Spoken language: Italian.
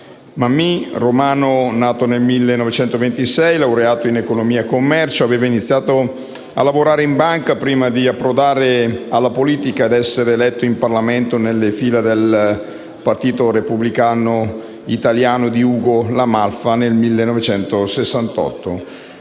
Mammì, romano, nato nel 1926, laureato in economia e commercio, aveva iniziato a lavorare in banca prima di approdare alla politica ed essere eletto in Parlamento nella fila del Partito Repubblicano Italiano di Ugo La Malfa nel 1968.